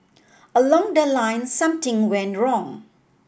along the line something went wrong